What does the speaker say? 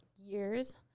years